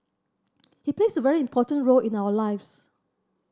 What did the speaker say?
he plays a very important role in our lives